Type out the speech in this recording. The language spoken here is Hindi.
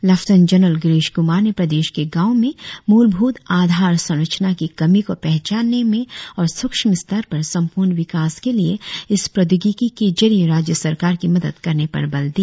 लेफ्टिनेंट जनरल गिरिश कुमार ने प्रदेश के गांवों में मूलभूत आधार संरचना की कमी को पहचानने में और सूक्ष्म स्तर पर संपूर्ण विकास के लिए इस प्रौद्योगिकी के जरिए राज्य सरकार की मदद करने पर बल दिया